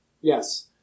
Yes